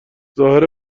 ظاهر